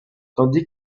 tandis